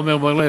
עמר בר-לב,